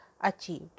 achieved